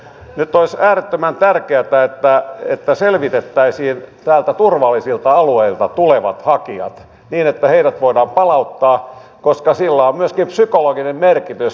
nyt olisi äärettömän tärkeätä että selvitettäisiin täältä turvallisilta alueilta tulevat hakijat niin että heidät voidaan palauttaa koska sillä on myöskin psykologinen merkitys